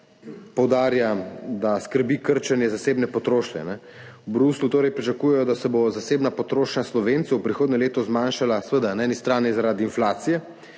poudarja, da [jo] skrbi krčenje zasebne potrošnje. V Bruslju torej pričakujejo, da se bo zasebna potrošnja Slovencev v prihodnjem letu zmanjšala, seveda na eni strani zaradi inflacije,